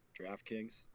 DraftKings